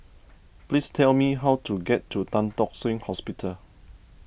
please tell me how to get to Tan Tock Seng Hospital